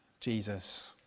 Jesus